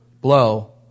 blow